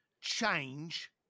change